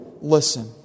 Listen